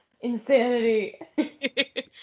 Insanity